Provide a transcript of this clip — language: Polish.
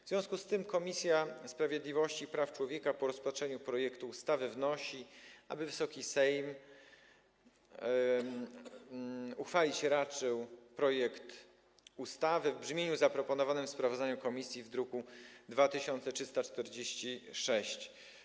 W związku z tym Komisja Sprawiedliwości i Praw Człowieka po rozpatrzeniu projektu ustawy wnosi, aby Wysoki Sejm uchwalić raczył projekt ustawy w brzmieniu zaproponowanym w sprawozdaniu komisji w druku nr 2346.